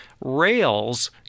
Rails